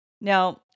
Now